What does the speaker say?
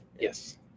Yes